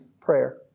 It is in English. prayer